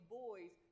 boys